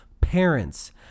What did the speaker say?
parents